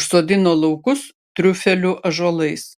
užsodino laukus triufelių ąžuolais